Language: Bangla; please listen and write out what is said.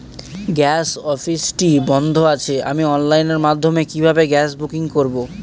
গ্যাস অফিসটি বন্ধ আছে আমি অনলাইনের মাধ্যমে কিভাবে গ্যাস বুকিং করব?